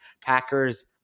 Packers